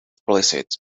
explicit